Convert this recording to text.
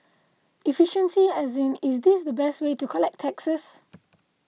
efficiency as in is this the best way to collect taxes